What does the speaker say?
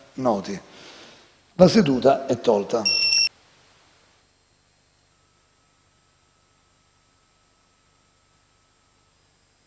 La seduta è tolta